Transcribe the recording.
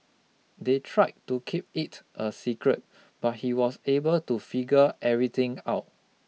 they tried to keep it a secret but he was able to figure everything out